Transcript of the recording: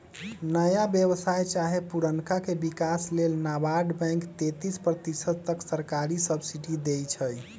नया व्यवसाय चाहे पुरनका के विकास लेल नाबार्ड बैंक तेतिस प्रतिशत तक सरकारी सब्सिडी देइ छइ